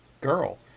girl